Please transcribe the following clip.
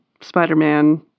Spider-Man